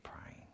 praying